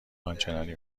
آنچنانی